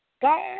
God